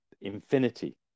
infinity